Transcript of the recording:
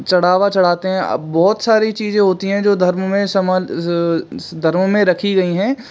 चढ़ावा चढ़ाते हैं बहुत सारी चीज़ें होती हैं जो धर्म में धर्म में रखी गयी हैं